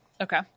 Okay